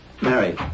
Mary